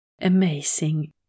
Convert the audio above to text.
amazing